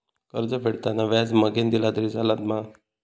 कर्ज फेडताना व्याज मगेन दिला तरी चलात मा?